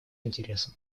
интересам